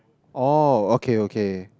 oh okay okay